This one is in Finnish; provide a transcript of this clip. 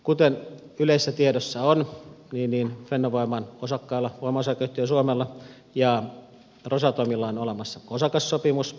kuten yleisessä tiedossa on niin fennovoiman osakkaalla voimaosakeyhtiö suomella ja rosatomilla on olemassa osakassopimus